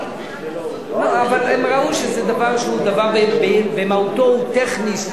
הם ראו שזה דבר שבמהותו הוא טכני,